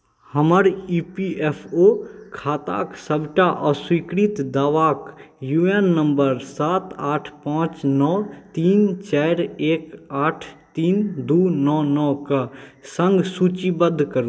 हमर E P F O खाताक सबटा अस्वीकृत दावाक यू एन नम्बर सात आठ पाँच नओ तीन चारि एक आठ तीन दू नओ नओ कऽ सङ्ग सूचीबद्ध करु